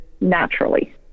naturally